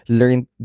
learned